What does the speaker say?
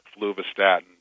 fluvastatin